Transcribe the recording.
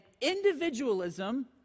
individualism